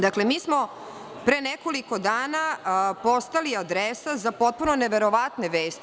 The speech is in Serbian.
Dakle, mi smo pre nekoliko dana postali adresa za potpuno neverovatne vesti.